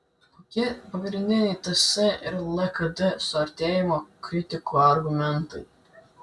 kokie pagrindiniai ts ir lkd suartėjimo kritikų argumentai